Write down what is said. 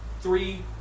three